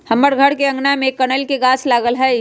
हमर घर के आगना में कनइल के गाछ लागल हइ